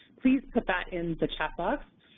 please put that in the chat box.